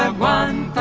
ah one